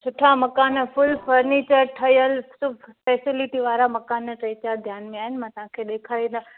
सुठा मकान full furniture ठहियल सभु फ़ैसेलिटी वारा मकान टे चारि ध्यानु में आहिनि मां तव्हांखे ॾेखारंदमि